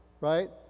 right